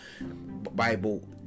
Bible